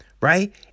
right